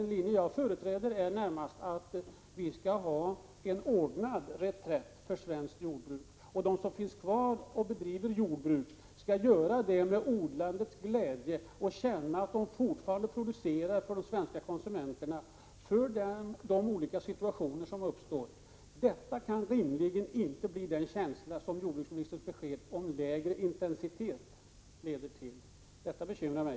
Den linje jag företräder innebär närmast att det skall vara en ordnad reträtt för svenskt jordbruk. De som finns kvar och bedriver jordbruk skall göra detta med odlandets glädje och känna att de fortfarande producerar för de svenska konsumenterna och för de olika situationer som kan uppstå. Detta kan rimligen inte bli fallet efter jordbruksministerns besked om lägre intensitet, och det bekymrar mig.